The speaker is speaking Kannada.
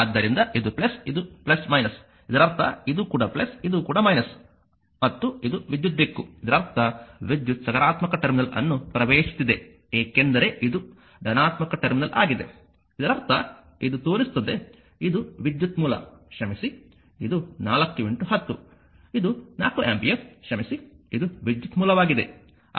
ಆದ್ದರಿಂದ ಇದು ಇದು ಇದರರ್ಥ ಇದು ಕೂಡ ಇದು ಕೂಡ ಮತ್ತು ಇದು ವಿದ್ಯುತ್ ದಿಕ್ಕು ಇದರರ್ಥ ವಿದ್ಯುತ್ ಸಕಾರಾತ್ಮಕ ಟರ್ಮಿನಲ್ ಅನ್ನು ಪ್ರವೇಶಿಸುತ್ತಿದೆ ಏಕೆಂದರೆ ಇದು ಧನಾತ್ಮಕ ಟರ್ಮಿನಲ್ ಆಗಿದೆ ಇದರರ್ಥ ಇದು ತೋರಿಸುತ್ತದೆ ಇದು ವಿದ್ಯುತ್ ಮೂಲ ಕ್ಷಮಿಸಿ ಇದು 4 10 ಇದು 4 ಆಂಪಿಯರ್ ಕ್ಷಮಿಸಿ ಇದು ವಿದ್ಯುತ್ ಮೂಲವಾಗಿದೆ